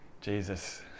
Jesus